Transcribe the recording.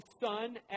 son